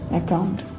account